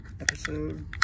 episode